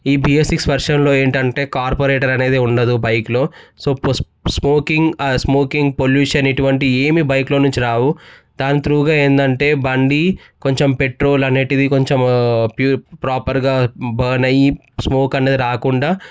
ఈ BS six వర్షన్లో ఏంటంటే కార్పొరేటర్ అనేది ఉండదు బైక్లో సో స్మోకింగ్ స్మోకింగ్ పొల్యూషన్ ఇటువంటి ఏమి బైక్లో నుంచి రావు దాం త్రుగా ఏందంటే బండి కొంచెం పెట్రోల్ అనేది కొంచెం ప్రూ ప్రాపర్గా బర్న్ అయ్యి స్మోక్ అనేది రాకుండా